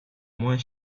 moins